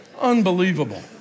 unbelievable